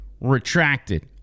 retracted